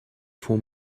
for